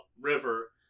river